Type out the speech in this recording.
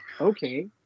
Okay